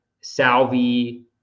Salvi